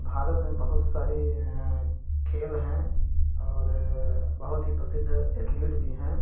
भारत में बहुत सारी खेल हैं और बहुत ही प्रसिद्ध एथलीट भी हैं